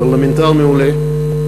פרלמנטר מעולה,